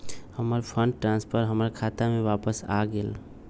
हमर fund transfer हमर खाता में वापस आ गेल